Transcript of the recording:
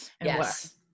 Yes